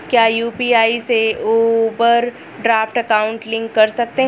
क्या यू.पी.आई से overdraft account link कर सकते हैं?